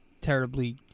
terribly